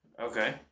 Okay